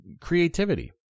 creativity